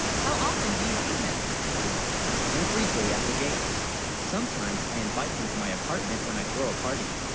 how often do you see him every day at the gate sometimes i invite him to my apartment when i throw. a party